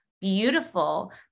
beautiful